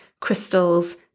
crystals